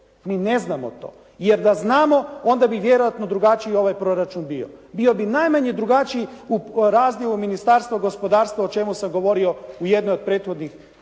Mi ne znamo to, jer da znamo onda bi vjerojatno drugačiji ovaj proračun bio. Bio bi najmanje drugačiji u razdjelu Ministarstva gospodarstva o čemu sam govorio u jednoj od prethodnih replika.